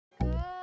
Good